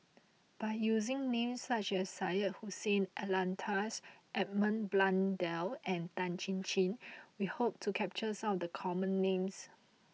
by using names such as Syed Hussein Alatas Edmund Blundell and Tan Chin Chin we hope to capture some of the common names